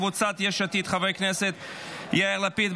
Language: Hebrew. קבוצת סיעת יש עתיד: חברי הכנסת יאיר לפיד,